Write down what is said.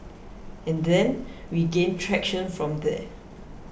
and then we gained traction from there